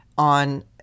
On